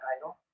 title